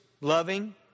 loving